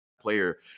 player